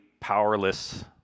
powerless